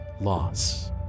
loss